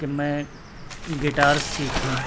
کہ میں گٹار سیکھوں